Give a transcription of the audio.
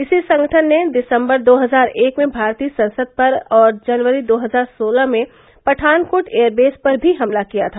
इसी संगठन ने दिसम्बर दो हजार एक में भारतीय संसद पर और जनवरी दो हजार सोलह में पठानकोट एयरवेस पर भी हमला किया था